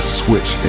switch